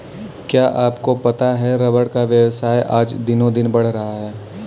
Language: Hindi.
क्या आपको पता है रबर का व्यवसाय आज दिनोंदिन बढ़ रहा है?